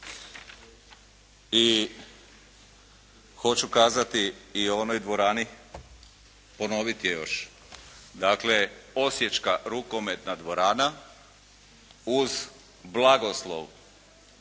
I hoću kazati i o onoj dvorani, ponoviti još. Dakle osječka rukometna dvorana uz blagoslov